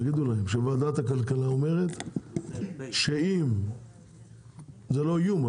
תגידו להם שוועדת הכלכלה אומרת זה לא איום,